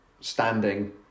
standing